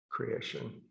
creation